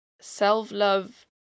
self-love